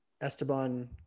Esteban